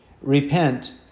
Repent